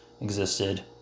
existed